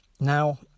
Now